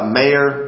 mayor